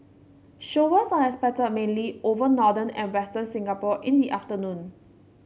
showers are expected mainly over northern and western Singapore in the afternoon